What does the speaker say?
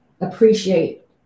appreciate